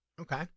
Okay